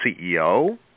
CEO